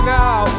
now